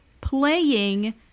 playing